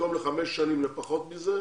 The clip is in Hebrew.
- במקום חמש שנים לפחות מזה?